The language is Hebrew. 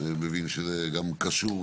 מבין שזה גם קשור